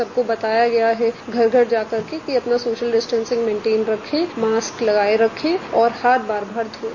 सबको बताया गया है घर घर जाकर के कि अपना सोशल डिस्टेंसिंग मेनटेंन रखे मास्क लगाये रखे और हाथ बार बार धोये